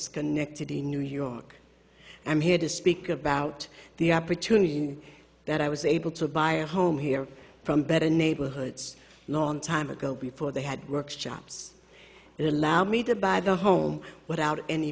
schenectady new york i am here to speak about the opportunity that i was able to buy a home here from better neighborhoods long time ago before they had worked jobs that allow me to buy the home without any